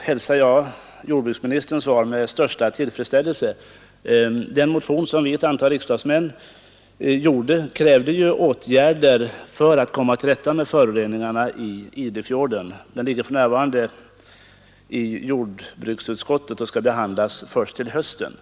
hälsar jag jordbruksministerns svar med största tillfredsställelse. Vi motionärer kräver i vår motion åtgärder för att komma till rätta med föroreningarna i Idefjorden. Motionen ligger för närvarande i jordbruksutskottet och skall behandlas först till hösten.